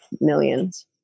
millions